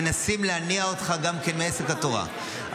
שמנסים להניא אותך גם כן מעסק התורה,